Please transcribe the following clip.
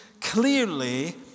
clearly